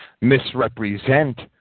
misrepresent